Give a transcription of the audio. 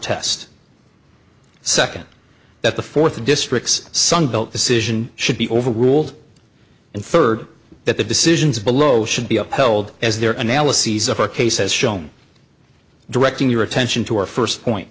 test second that the fourth district's sunbelt decision should be overruled and third that the decisions below should be upheld as their analyses of our case as shown directing your attention to our first point